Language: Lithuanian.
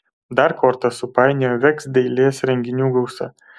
dar kortas supainiojo veks dailės renginių gausa